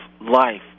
life